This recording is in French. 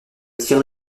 tirent